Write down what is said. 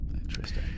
Interesting